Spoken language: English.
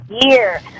year